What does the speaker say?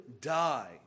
die